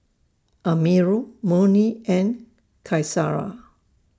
Amirul Murni and Qaisara